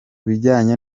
bijyanye